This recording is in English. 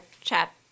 chat